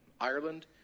Ireland